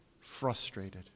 frustrated